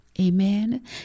amen